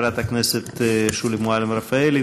חברת הכנסת שולי מועלם-רפאלי,